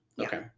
Okay